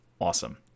awesome